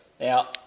Now